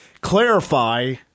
clarify